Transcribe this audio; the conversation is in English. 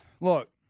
look